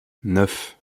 neuf